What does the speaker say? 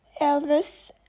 Elvis